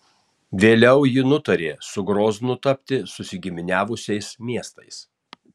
vėliau ji nutarė su groznu tapti susigiminiavusiais miestais